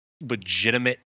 legitimate